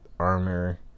armor